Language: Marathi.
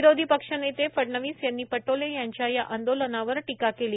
विरोधी पक्षनेते फडणवीस यांनी पटोले यांच्या या आंदोलनावर टीका केली